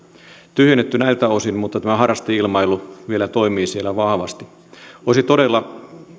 tyhjennetty näiltä osin mutta tämä harrasteilmailu vielä toimii siellä vahvasti olisi todella